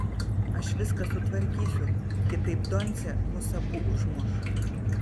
aš viską sutvarkysiu kitaip doncė mus abu užmuš